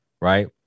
Right